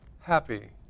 happy